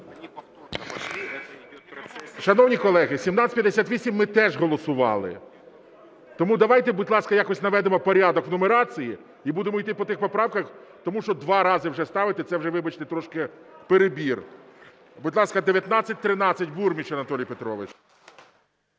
Шановні колеги, 1758 ми теж голосували. Тому давайте, будь ласка, якось наведемо порядок в нумерації і будемо йти по тих поправках, тому що два рази вже ставити – це вже, вибачте, трішки перебір. Будь ласка, 1913, Бурміч Анатолій Петрович.